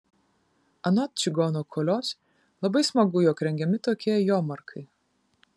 anot čigono kolios labai smagu jog rengiami tokie jomarkai